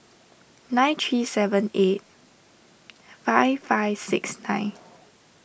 nine three seven eight five five six nine